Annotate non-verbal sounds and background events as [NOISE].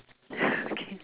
[LAUGHS] okay